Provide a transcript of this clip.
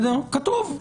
כתוב.